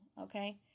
okay